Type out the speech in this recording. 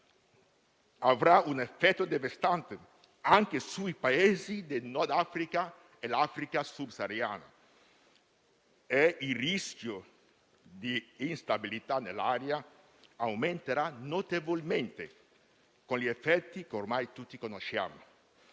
avrà un effetto devastante anche sui Paesi del Nord Africa e l'Africa subsahariana. Il rischio di instabilità dell'area aumenterà notevolmente con gli effetti che ormai tutti conosciamo.